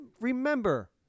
remember